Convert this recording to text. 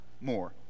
more